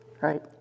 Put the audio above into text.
Right